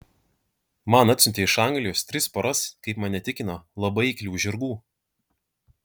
man atsiuntė iš anglijos tris poras kaip mane tikino labai eiklių žirgų